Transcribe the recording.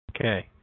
Okay